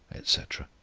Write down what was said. etc.